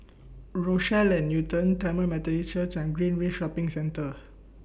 Rochelle At Newton Tamil Methodist Church and Greenridge Shopping Centre